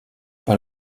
par